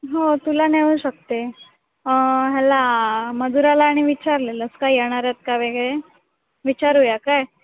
हो तुला नेऊ शकते ह्याला मधुराला आणि विचारलेलंस का येणार आहेत का वगैरे विचारूया काय